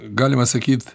galima sakyt